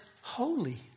holy